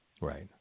Right